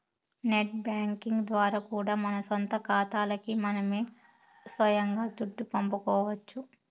net banking ద్వారా కూడా మన సొంత కాతాలకి మనమే సొయంగా దుడ్డు పంపుకోవచ్చు